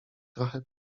trochę